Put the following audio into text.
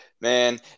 man